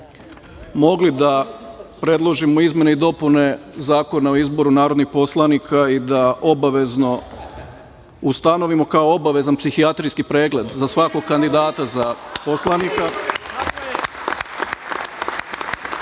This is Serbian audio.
mogli da predložimo izmene i dopune Zakona o izboru narodnih poslanika i da obavezno ustanovimo kao obavezan psihijatrijski pregled za svakog kandidata za poslanika,